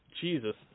Jesus